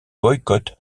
boycott